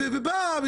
ובאה,